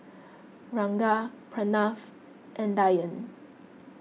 Ranga Pranav and Dhyan